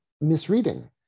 misreading